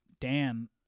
Dan